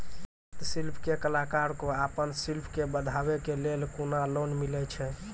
हस्तशिल्प के कलाकार कऽ आपन शिल्प के बढ़ावे के लेल कुन लोन मिलै छै?